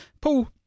Paul